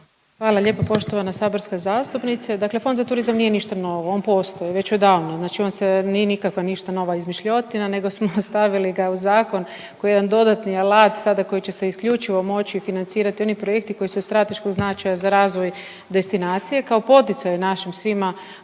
Hvala lijepa poštovana saborska zastupnice, dakle Fond za turizam nije ništa novo, on postoji već odavno, znači on se, nije nikakva, ništa nova izmišljotina nego smo stavili ga u zakon koji je jedan dodatni alat sada koji će se isključivo moći financirati oni projekti koji su od strateškog značaja za razvoj destinacije kao poticaju našim svima